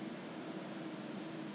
then so many pattern